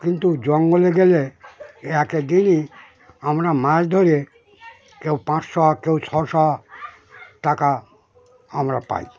কিন্তু জঙ্গলে গেলে একে দিনই আমরা মাছ ধরে কেউ পাঁচশো কেউ ছশো টাকা আমরা পাই